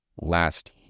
last